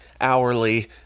hourly